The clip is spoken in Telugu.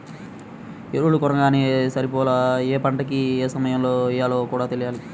ఎరువులు కొనంగానే సరిపోలా, యే పంటకి యే సమయంలో యెయ్యాలో కూడా తెలియాల